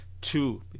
two